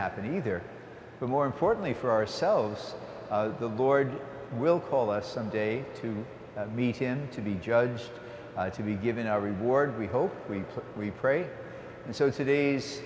happen either but more importantly for ourselves the lord will call us some day to meet him to be judged to be given our reward we hope we pray and so today's